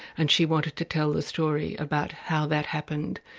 and she wanted to tell the story about how that happened.